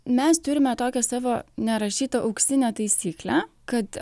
mes turime tokią savo nerašyta auksinę taisyklę kad